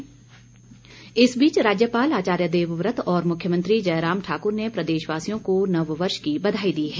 शुभकामनाएं इस बीच राज्यपाल आचार्य देवव्रत और मुख्यमंत्री जयराम ठाकुर ने प्रदेशवासियों को नववर्ष की बधाई दी है